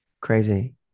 Crazy